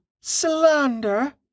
Slander